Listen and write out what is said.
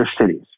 cities